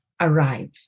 arrive